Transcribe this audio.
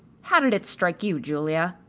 how did it strike you, julia?